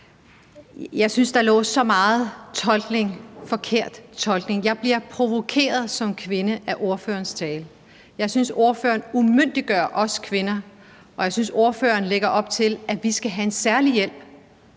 Jeg synes, at der var så meget forkert tolkning. Jeg bliver provokeret som kvinde af ordførerens tale. Jeg synes, at ordføreren umyndiggør os kvinder, og jeg synes, at ordføreren lægger op til, at vi skal have en særlig hjælp,